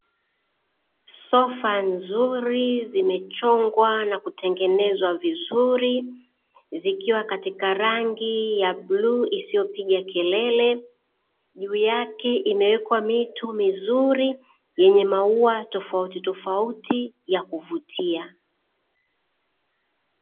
Sofa nzuri zimechonngwa na kutengenezwa vizuri, zikiwa katika rangi ya bluu isiyopiga kelele, juu yake imewekwa mito mizuri yenye maua tofautitofauti ya kuvutia.